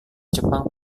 jepang